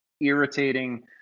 irritating